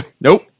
Nope